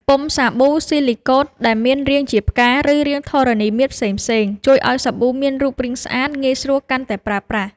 ពុម្ពសាប៊ូស៊ីលីកូត ដែលមានរាងជាផ្កា ឬរាងធរណីមាត្រផ្សេងៗ ជួយឱ្យសាប៊ូមានរូបរាងស្អាតងាយស្រួលកាន់ប្រើប្រាស់។